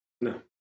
No